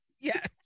Yes